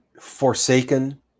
forsaken